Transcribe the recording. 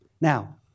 Now